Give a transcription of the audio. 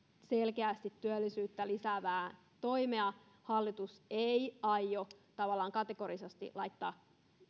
selkeästi työllisyyttä lisäävää toimea hallitus ei aio tavallaan kategorisesti laittaa